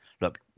Look